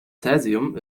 cäsium